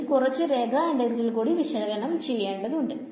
ഇതിൽ കുറച്ചു രേഖ ഇന്റഗ്രലുകൾ കൂടി വിശകലനം ചെയ്യേണ്ടതുണ്ട്